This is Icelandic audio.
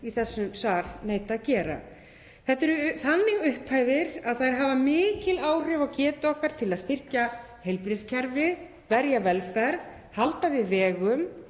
í þessum sal neita að gera. Þetta eru þannig upphæðir að þær hafa mikil áhrif á getu okkar til að styrkja heilbrigðiskerfið, verja velferð, halda við vegum,